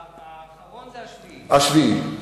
האחרון הוא השביעי.